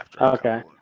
Okay